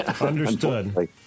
Understood